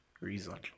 reason